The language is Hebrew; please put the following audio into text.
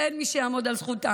שאין מי שיעמוד על זכותם.